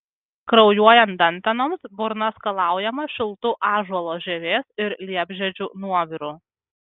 kraujuojant dantenoms burna skalaujama šiltu ąžuolo žievės ir liepžiedžių nuoviru